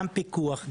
גם פיקוח,